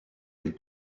les